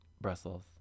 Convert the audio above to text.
Brussels